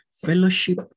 Fellowship